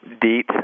Deet